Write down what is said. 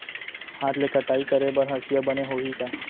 हाथ ले कटाई करे बर हसिया बने होही का?